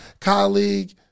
colleague